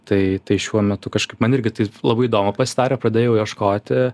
tai tai šiuo metu kažkaip man irgi taip labai įdomu pasidarė pradėjau ieškoti